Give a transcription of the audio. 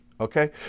Okay